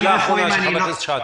שאלה האחרונה של חבר הכנסת שחאדה.